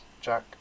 Jack